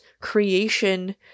creation